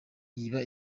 yiba